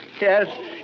Yes